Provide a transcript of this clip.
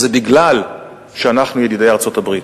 זה בגלל שאנחנו ידידי ארצות-הברית,